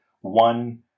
one